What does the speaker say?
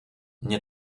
mně